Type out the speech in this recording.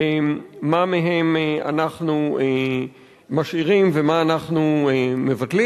מה מהם אנחנו משאירים ומה אנחנו מבטלים.